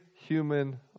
human